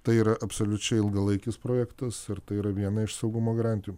tai yra absoliučiai ilgalaikis projektas ir tai yra viena iš saugumo garantijų